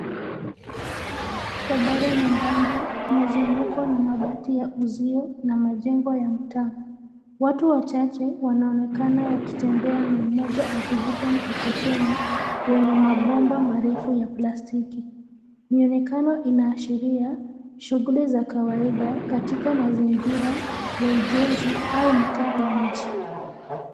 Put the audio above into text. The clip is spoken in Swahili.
Barabara nyembamba, imezungukwa na mabati ya uzio na majengo ya mtaa. Watu wachache wanaonekana wakitembea na mmoja akivuta mkokoteni, wenye mabomba marefu ya plastiki. Mionekano inaashiria, shughuli za kawaida katika mazingira, ya ujenzi au mtaa wa mji.